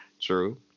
True